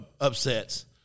upsets